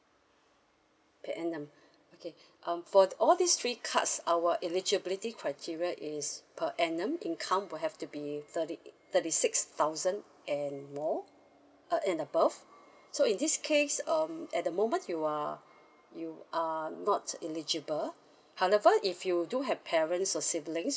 per annum okay um for the all these three cards our eligibility criteria is per annum income will have to be thirty eh thirty six thousand and more uh and above so in this case um at the moment you are you are not eligible however if you do have parents or silbings